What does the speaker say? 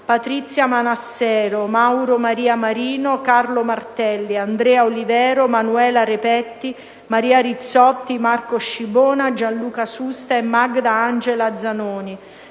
Patrizia Manassero, Mauro Maria Marino, Carlo Martelli, Andrea Olivero, Manuela Repetti, Maria Rizzotti, Marco Scibona, Gianluca Susta e Magda Angela Zanoni;